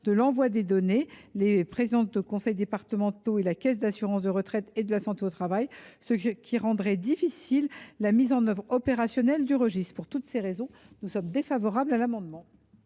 de l’envoi des données, autrement dit les présidents de conseil départemental et les agents des caisses d’assurance retraite et de santé au travail, ce qui rendrait difficile la mise en œuvre opérationnelle du registre. Pour toutes ces raisons, nous sommes défavorables à ce dernier